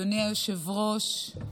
אדוני היושב-ראש,